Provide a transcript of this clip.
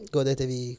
Godetevi